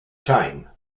time